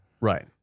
Right